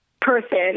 person